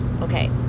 Okay